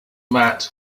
mat